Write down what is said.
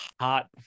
hot